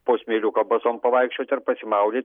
po smėliuką basom pavaikščiot ar pasimaudyt